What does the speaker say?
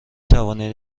توانید